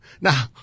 Now